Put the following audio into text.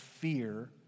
fear